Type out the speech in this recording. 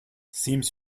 seems